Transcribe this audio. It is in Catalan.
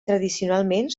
tradicionalment